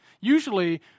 Usually